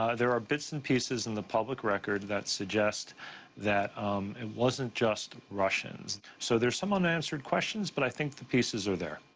ah there are bits and pieces in the public record that suggest that it wasn't just russians. so there's some unanswered questions, but i think the pieces are there.